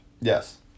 Yes